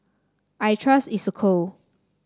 I trust Isocal